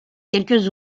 quelques